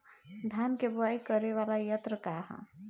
धान के बुवाई करे वाला यत्र का ह?